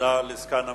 תודה לסגן המזכירה.